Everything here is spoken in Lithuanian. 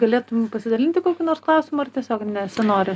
galėtum pasidalinti kokiu nors klausimu ar tiesiog nesinori